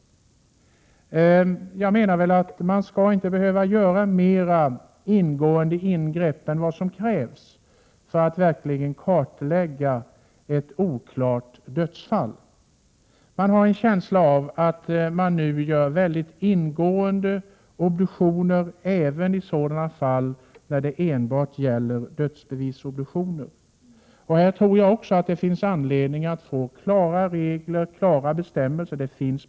Jag menar att det i sådana fall inte skall behöva göras mera ingående ingrepp än vad som krävs för att kasta ljus över ett oklart dödsfall. Man har en känsla av att det nu görs mycket ingående dissektioner även vid rena dödsbevisobduktioner. Jag tror att det finns anledning att skapa klara regler och klara bestämmelser på detta område.